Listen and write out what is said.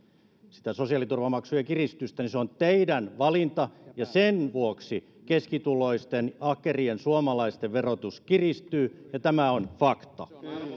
sitä sosiaaliturvamaksujen kiristystä niin se on teidän valintanne ja sen vuoksi keskituloisten ahkerien suomalaisten verotus kiristyy ja tämä on fakta